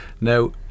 now